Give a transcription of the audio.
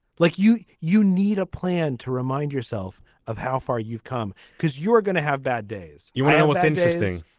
like you you need a plan to remind yourself of how far you've come because you're gonna have bad days. you know what's interesting.